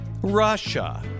Russia